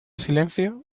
silencio